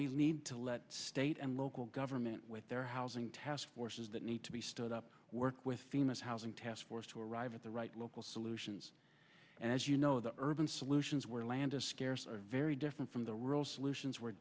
we need to let state and local government with their housing task forces that need to be stood up work with themas housing task force to arrive at the right local solutions and as you know the urban solutions where land is scarce are very different from the real solutions where